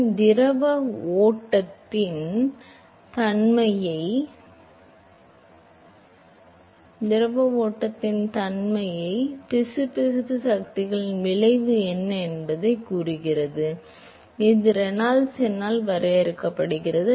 எனவே திரவ ஓட்டத்தில் செயலற்ற மற்றும் பிசுபிசுப்பு சக்திகளின் விளைவு என்ன என்பதை இது உங்களுக்குக் கூறுகிறது இது ரெனால்ட்ஸ் எண் வகைப்படுத்துகிறது